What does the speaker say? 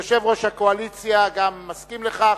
יושב-ראש הקואליציה גם מסכים לכך.